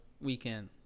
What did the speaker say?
weekend